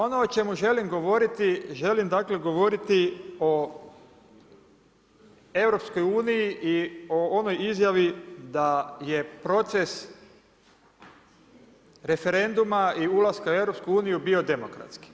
Ono o čemu želim govoriti, želim govoriti o EU i o onoj izjavi da je proces referenduma i ulaska u EU bio demokratski.